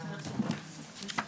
הישיבה ננעלה בשעה 11:00.